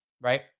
right